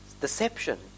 deception